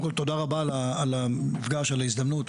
תודה רבה על המפגש, על ההזדמנות.